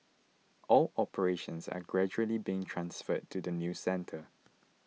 all operations are gradually being transferred to the new centre